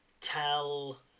tell